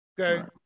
Okay